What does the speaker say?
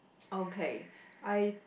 okay I